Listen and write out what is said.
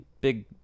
big